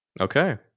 Okay